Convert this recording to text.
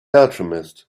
alchemist